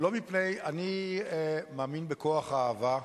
אני מאמין בכוח האהבה,